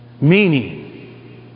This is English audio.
meaning